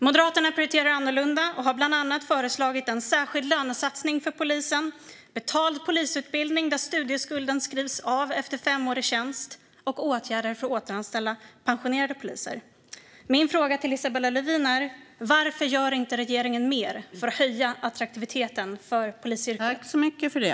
Moderaterna prioriterar annorlunda och har bland annat föreslagit en särskild lönesatsning för polisen, betald polisutbildning där studieskulden skrivs av efter fem år i tjänst och åtgärder för att återanställa pensionerade poliser. Min fråga till Isabella Lövin är: Varför gör inte regeringen mer för att höja attraktiviteten för polisyrket?